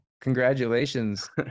Congratulations